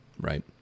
right